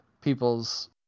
people's